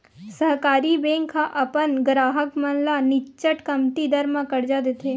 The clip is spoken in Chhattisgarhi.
सहकारी बेंक ह अपन गराहक मन ल निच्चट कमती दर म करजा देथे